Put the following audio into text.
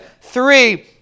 three